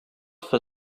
for